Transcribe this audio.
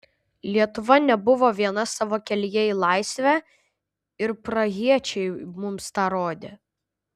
lietuva nebuvo viena savo kelyje į laisvę ir prahiečiai mums tą rodė